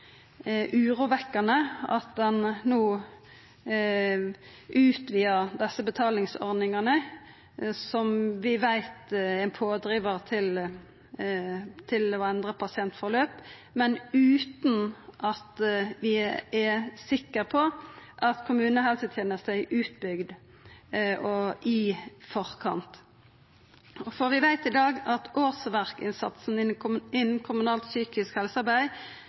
urovekkjande at ein no utvidar desse betalingsordningane som vi veit er ein pådrivar for å endra behandlingsgangen, men utan at vi er sikre på at kommunehelsetenesta er utbygd og i forkant. For vi veit i dag at årsverkinnsatsen innanfor kommunalt psykisk helsearbeid